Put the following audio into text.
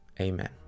Amen